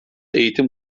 eğitim